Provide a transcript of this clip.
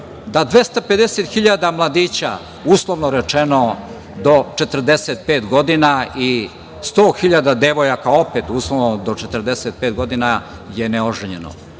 da 250.000 mladića, uslovno rečeno, do 45 godina i 100.000 devojaka, opet uslovno, do 45 godina je neoženjeno.